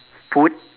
food